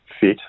fit